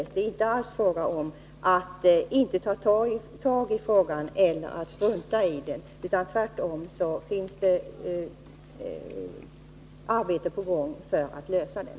Det är alltså inte alls fråga om att inte ta tag i frågan eller att strunta i den. Tvärtom pågår arbetet på att försöka lösa den.